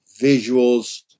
visuals